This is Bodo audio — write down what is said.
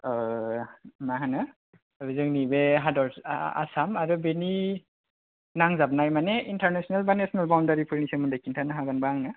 मा होनो ओरै जोंनि बे हादरसा आसाम आरो बेनि नांजाबनाय माने इन्टारनेसनेल बा नेसनेल बाउण्डारिफोरनि सोमोन्दै खिन्थानो हागोनबा आंनो